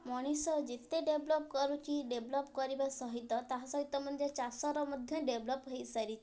ମଣିଷ ଯେତେ ଡେଭ୍ଲପ୍ କରୁଛି ଡେଭ୍ଲପ୍ କରିବା ସହିତ ତାହା ସହିତ ମଧ୍ୟ ଚାଷର ମଧ୍ୟ ଡେଭ୍ଲପ୍ ହୋଇସାରିଛି